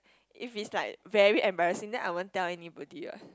if it's like very embarrassing then I won't tell anybody ah